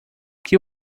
que